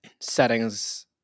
settings